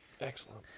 Excellent